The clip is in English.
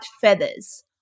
feathers